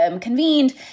convened